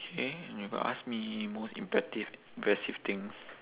K you got ask me most imperative impressive things